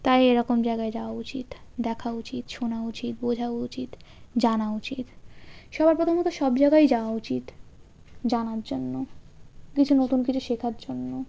তাই এরকম জায়গায় যাওয়া উচিত দেখা উচিত শোনা উচিত বোঝা উচিত জানা উচিত সবার প্রথমত সব জায়গায়ই যাওয়া উচিত জানার জন্য কিছু নতুন কিছু শেখার জন্য